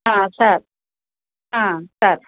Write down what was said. sir sir